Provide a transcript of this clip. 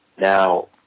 Now